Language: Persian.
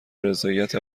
رضایت